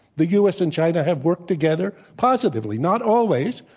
the u. s. and china have worked together positively not always,